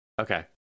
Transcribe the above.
Okay